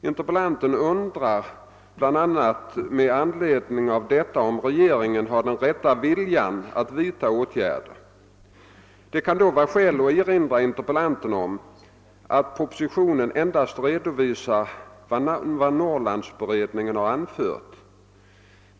Interpellanten undrar bl.a. med anledning av detta om regeringen har den rätta viljan att vidta åtgärder. Det kan då vara skäl att erinra interpellanten om att propositionen endast redovisar vad Norrlandsberedningen har anfört.